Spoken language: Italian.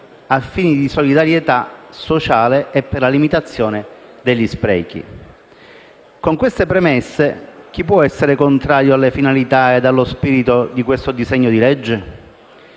a fini di solidarietà sociale e per la limitazione degli sprechi». Con queste premesse, chi può essere contrario alle finalità ed allo spirito di questo disegno di legge?